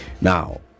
Now